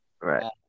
Right